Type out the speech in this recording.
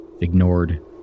ignored